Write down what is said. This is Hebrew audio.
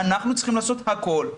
ואנחנו צריכים לעשות הכל.